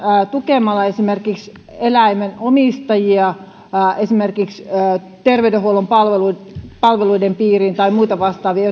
tukemalla eläimen omistajia terveydenhuollon palveluiden palveluiden piiriin tai muita vastaavia